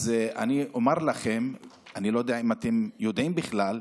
אז אני אומר לכם, אני לא יודע אם אתם יודעים בכלל,